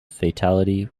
fatality